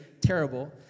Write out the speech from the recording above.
Terrible